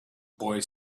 boy